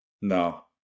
No